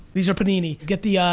these are panini. get the